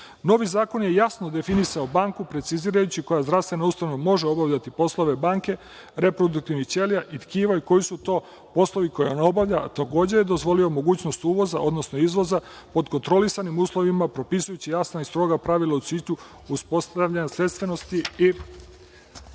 zakon je jasno definisao banku, precizirajući koja zdravstvena ustanova može obavljati poslove banke, reproduktivnih ćelija i tkiva, i koji su to poslovi koje ona obavlja, a takođe je dozvolio mogućnost uvoza, odnosno izvoza pod kontrolisanim uslovima propisujući jasna i stroga pravila u cilju uspostavljanja sistema